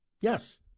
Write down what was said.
yes